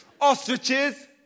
Ostriches